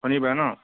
শণিবাৰে নহ্